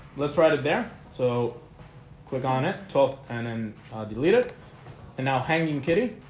let's write it there. so click on it talk and then delete it and now hanging kitty